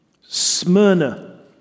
Smyrna